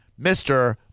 Mr